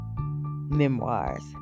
memoirs